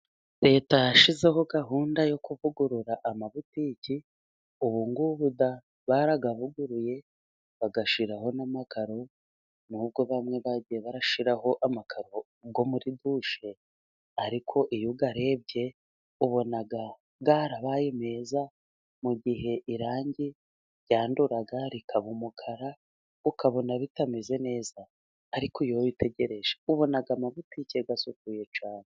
Reta yashyizeho gahunda yo kuvugurura amabutiki, ubu ngubu da barayavuguruye bayashyiraho n'amakaro, nubwo bamwe bagiye bashyiraho amakaro yo muri douche, ariko iyo uyarebye ubona yarabaye meza, mu gihe irangi ryanduraga rikaba umukara, ukabona bitameze neza, ariko iyo witegereje ubona amabitike asukuye cyane.